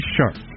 Shark